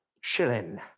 shilling